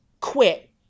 quit